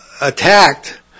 attacked